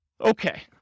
Okay